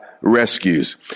rescues